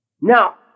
Now